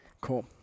Cool